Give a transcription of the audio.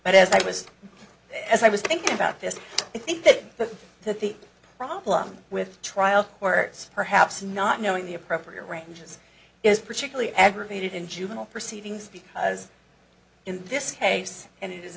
but as i was as i was thinking about this i think that that that the problem with trials where it's perhaps not knowing the appropriate ranges is particularly aggravated in juvenile proceedings because in this case and it is